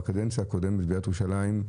בקדנציה הקודמת בעיריית ירושלים,